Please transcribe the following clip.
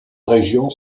région